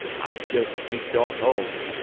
i jest sneaked off home,